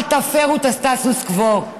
אל תפרו את הסטטוס קוו.